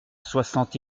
soixante